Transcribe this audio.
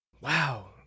Wow